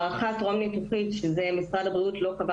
גם את ההערכה הניתוחית משרד הבריאות לא קבע